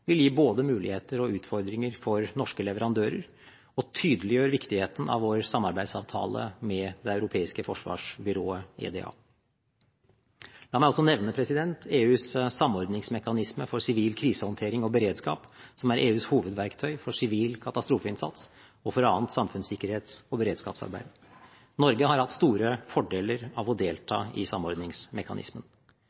vil gi både muligheter og utfordringer for norske leverandører og tydeliggjør viktigheten av vår samarbeidsavtale med det europeiske forsvarsbyrået, EDA. La meg også nevne EUs samordningsmekanisme for sivil krisehåndtering og beredskap, som er EUs hovedverktøy for sivil katastrofeinnsats og for annet samfunnssikkerhets- og beredskapsarbeid. Norge har hatt store fordeler av å